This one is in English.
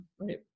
right